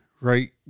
right